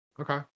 okay